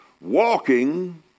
walking